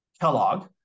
Kellogg